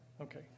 Okay